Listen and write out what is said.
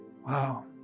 Wow